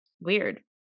weird